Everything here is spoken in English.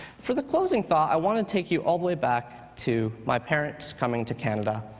for the closing thought, i want to take you all the way back to my parents coming to canada.